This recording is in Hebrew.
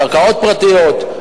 קרקעות פרטיות,